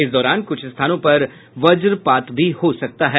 इस दौरान कुछ स्थानों पर वज्रपात भी हो सकता है